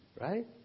Right